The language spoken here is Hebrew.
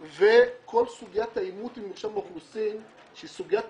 וכל סוגיית האימות עם מרשם האוכלוסין שהיא סוגיה טכנולוגית.